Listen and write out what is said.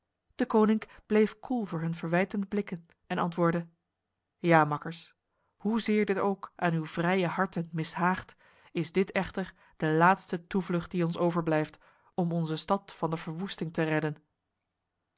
deconinck bleef koel voor hun verwijtende blikken en antwoordde ja makkers hoezeer dit ook aan uw vrije harten mishaagt is dit echter de laatste toevlucht die ons overblijft om onze stad van de verwoesting te redden